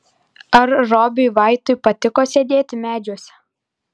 ar robiui vaitui patiko sėdėti medžiuose